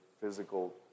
physical